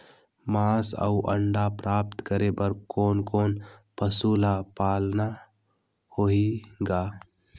मांस अउ अंडा प्राप्त करे बर कोन कोन पशु ल पालना होही ग?